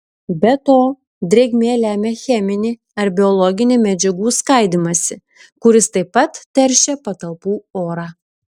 be to drėgmė lemia cheminį ar biologinį medžiagų skaidymąsi kuris taip pat teršia patalpų orą